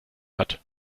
hat